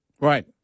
Right